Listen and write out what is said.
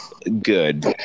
Good